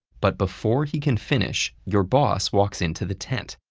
but before he can finish, your boss walks into the tent.